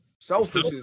Selfish